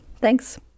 Thanks